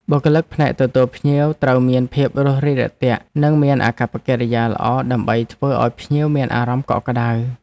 បុគ្គលិកផ្នែកទទួលភ្ញៀវត្រូវមានភាពរួសរាយរាក់ទាក់ និងមានអាកប្បកិរិយាល្អដើម្បីធ្វើឱ្យភ្ញៀវមានអារម្មណ៍កក់ក្តៅ។